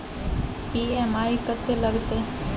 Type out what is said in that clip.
EMI कत्ते लगतै?